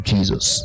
Jesus